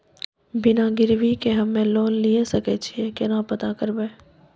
बिना गिरवी के हम्मय लोन लिये सके छियै केना पता करबै?